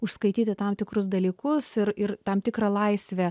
užskaityti tam tikrus dalykus ir ir tam tikrą laisvę